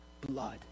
blood